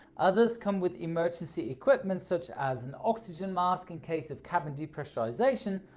others comes with emergency equipment such as an oxygen mask in case of cabin depressurization,